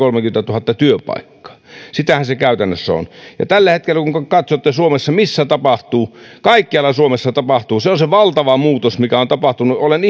kolmekymmentätuhatta työpaikkaa sitähän se käytännössä on tällä hetkellä kun kun katsotte suomessa missä tapahtuu niin kaikkialla suomessa tapahtuu se on se valtava muutos mikä on tapahtunut olen